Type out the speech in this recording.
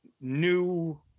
new